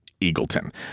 Eagleton